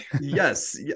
yes